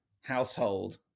household